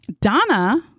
Donna